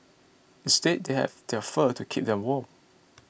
instead they have their fur to keep them warm